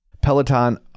Peloton